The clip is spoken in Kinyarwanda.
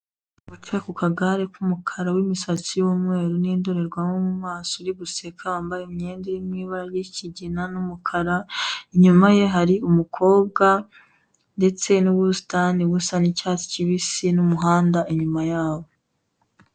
Wicaye ku kagare k'umukara w'imisatsi y'umweru, n'indorerwamo mu maso uri guseka, wambaye imyenda irimo ibara ry'ikigina n'umukara, inyuma ye hari umukobwa, ndetse n'ubusitani busa n'icyatsi kibisi, n'umuhanda inyuma yabo.